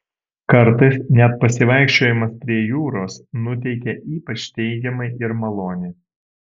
kartais net pasivaikščiojimas prie jūros nuteikia ypač teigiamai ir maloniai